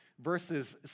verses